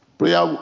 prayer